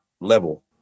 level